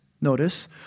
notice